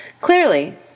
Clearly